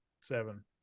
Seven